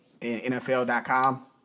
NFL.com